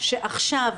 שעכשיו